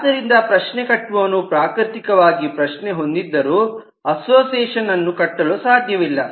ಆದ್ದರಿಂದ ಪ್ರಶ್ನೆ ಕಟ್ಟುವವನು ಪ್ರಾಕೃತಿಕವಾಗಿ ಪ್ರಶ್ನೆ ಹೊಂದಿದ್ದರು ಅಸೋಸಿಯೇಷನ್ ಅನ್ನು ಕಟ್ಟಲು ಸಾಧ್ಯವಿಲ್ಲ